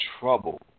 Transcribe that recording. trouble